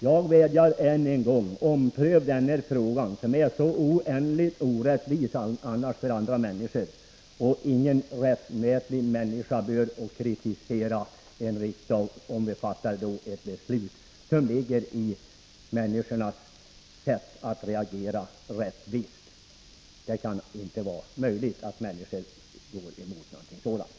Jag vädjar än en gång: Ompröva detta beslut, som är så oändligt orättvist för människor! Ingen rättänkande människa bör kunna kritisera riksdagen om vi fattar ett beslut som stämmer överens med människors rättskänsla. Det är inte möjligt att människor är emot någonting sådant.